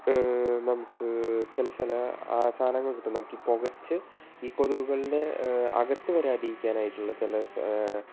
നമുക്ക് ചില ചില ആ സാധനങ്ങൾ ഉണ്ടല്ലോ പുകച്ച് ഈ കൊതുകുകളെ അകത്തു വരാതിരിക്കാൻ ആയിട്ടുള്ള ചില